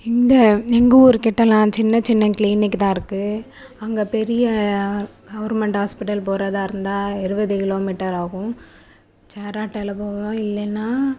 இந்த எங்கூர் கிட்டேலாம் சின்ன சின்ன க்ளீனிக்கு தான் இருக்குது அங்கே பெரிய கவுர்மெண்ட் ஹாஸ்பிட்டல் போகிறதா இருந்தால் இருபது கிலோமீட்டர் ஆகும் சேர் ஆட்டோவில் போகலாம் இல்லைன்னா